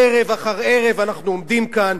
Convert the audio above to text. ערב אחר ערב אנחנו עומדים כאן,